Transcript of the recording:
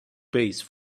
base